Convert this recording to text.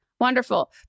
wonderful